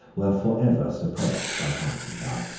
were forever suppressed by constantine.